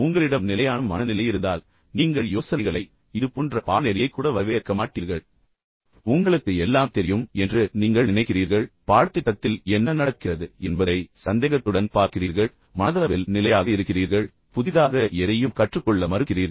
உங்களிடம் நிலையான மனநிலை இருந்தால் நீங்கள் யோசனைகளை வரவேற்க மாட்டீர்கள் இது போன்ற பாடநெறியை கூட நீங்கள் வரவேற்க மாட்டீர்கள் எனவே உங்களுக்கு ஏற்கனவே எல்லாம் தெரியும் என்று நீங்கள் நினைக்கிறீர்கள் நீங்கள் பாடத்திட்டத்தில் என்ன நடக்கிறது என்பதை சந்தேகத்துடன் பார்க்க விரும்புகிறீர்கள் ஆனால் மனதளவில் நீங்கள் நிலையாக இருக்கிறீர்கள் நீங்கள் புதிதாக எதையும் கற்றுக்கொள்ள மறுக்கிறீர்கள்